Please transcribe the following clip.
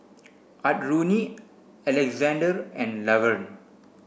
Audrina Alexzander and Lavern